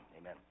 amen